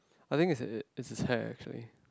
I think is is is his hair actually